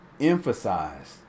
Emphasized